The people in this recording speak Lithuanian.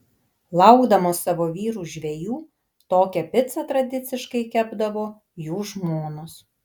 laukdamos savo vyrų žvejų tokią picą tradiciškai kepdavo jų žmonos